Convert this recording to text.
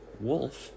wolf